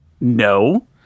no